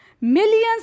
Millions